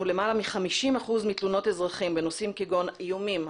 למעלה מ-50% מתלונות אזרחים בנושאים כגון איומים,